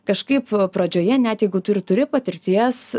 kažkaip pradžioje net jeigu tu ir turi patirties